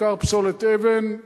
בעיקר פסולת אבן,